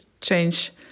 change